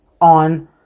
on